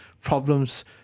problems